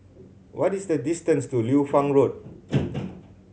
what is the distance to Liu Fang Road